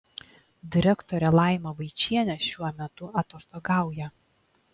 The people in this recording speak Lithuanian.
direktorė laima vaičienė šiuo metu atostogauja